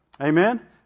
Amen